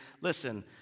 listen